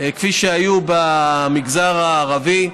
כפי שהיו במגזר הערבי.